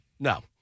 No